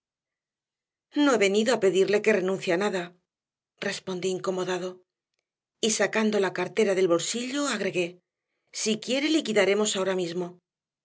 no he venido a pedirle que renuncie a nada respondí incomodado y sacando la cartera del bolsillo agregué si quiere liquidaremos ahora mimo